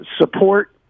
support